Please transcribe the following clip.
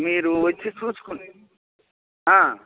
మీరు వచ్చి చూసుకొని